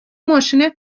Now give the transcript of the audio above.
ماشینت